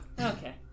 Okay